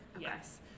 Yes